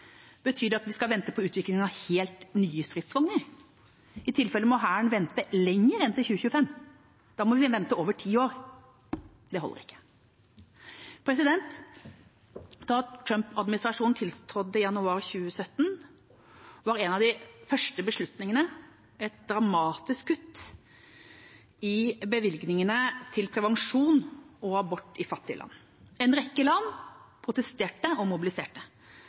betyr det å gå tilbake til tegnebrettet? Betyr det at vi skal vente på utviklingen av helt nye stridsvogner? I tilfelle må Hæren vente lenger enn til 2025. Da må vi vente i over ti år. Det holder ikke. Da Trump-administrasjonen tiltrådte i januar 2017, var en av de første beslutningene et dramatisk kutt i bevilgningene til prevensjon og abort i fattige land. En rekke land protesterte og mobiliserte.